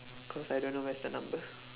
cause I don't know where's the number